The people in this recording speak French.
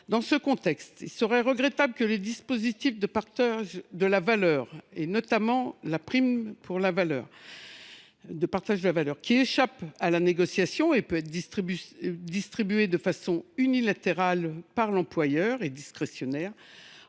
Dans ce contexte, il serait regrettable que les dispositifs de partage de la valeur, notamment les primes de partage de la valeur, qui échappent à la négociation et sont distribuées de façon unilatérale et discrétionnaire